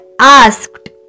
asked